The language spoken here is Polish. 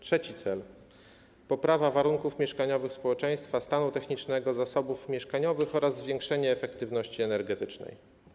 Trzeci cel to poprawa warunków mieszkaniowych społeczeństwa i stanu technicznego zasobów mieszkaniowych oraz zwiększenie efektywności energetycznej.